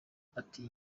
ati